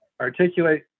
articulate